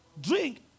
drink